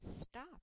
stop